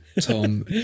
tom